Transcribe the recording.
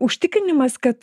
užtikrinimas kad